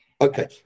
Okay